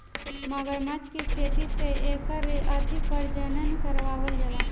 मगरमच्छ के खेती से एकर अधिक प्रजनन करावल जाला